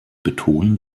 betonen